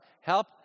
help